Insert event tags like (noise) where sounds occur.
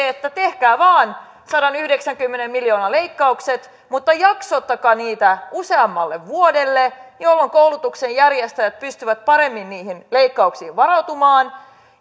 (unintelligible) että tehkää vain sadanyhdeksänkymmenen miljoonan leikkaukset mutta jaksottakaa niitä useammalle vuodelle jolloin koulutuksenjärjestäjät pystyvät paremmin niihin leikkauksiin varautumaan